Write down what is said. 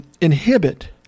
inhibit